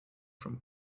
from